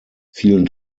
vielen